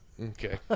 Okay